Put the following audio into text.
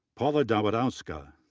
paulina dawidowska,